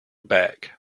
back